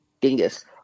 dingus